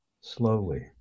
slowly